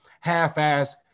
half-ass